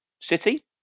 City